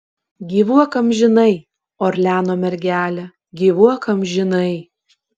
gyvuok amžinai orleano mergele gyvuok amžinai